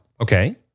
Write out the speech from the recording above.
Okay